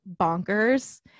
bonkers